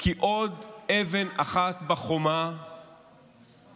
כי עוד אבן אחת בחומה זזה.